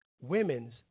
women's